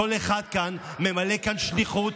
כל אחד כאן ממלא שליחות.